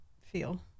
feel